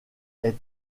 est